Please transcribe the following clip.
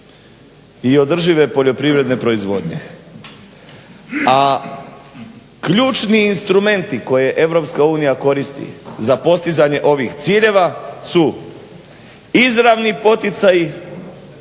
i održive poljoprivredne proizvodnje, a ključni instrumenti koje EU koristi za postizanje ovih ciljeva su izravni poticaji